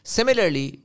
Similarly